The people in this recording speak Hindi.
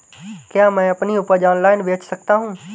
क्या मैं अपनी उपज ऑनलाइन बेच सकता हूँ?